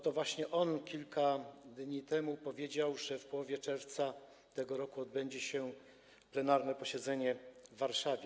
To właśnie on kilka dni temu powiedział, że w połowie czerwca tego roku odbędzie się w Warszawie posiedzenie plenarne.